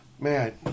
Man